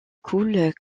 coule